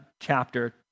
chapter